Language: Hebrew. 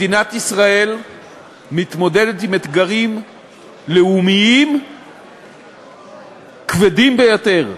מדינת ישראל מתמודדת עם אתגרים לאומיים כבדים ביותר,